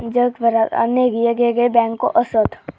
जगभरात अनेक येगयेगळे बँको असत